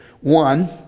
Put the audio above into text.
One